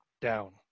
Down